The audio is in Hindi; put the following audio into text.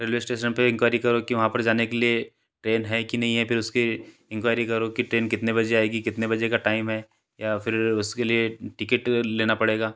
रेलवे स्टेसन पर इंक्वारी करो कि वहाँ पर जाने के लिए ट्रेन है कि नहीं है फिर उसकी इंक्वारी करो कि ट्रेन कितने बजे आएगी कितने बजे का टाइम है या फिर उसके लिए टिकेट लेना पड़ेगा